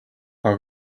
aga